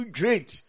great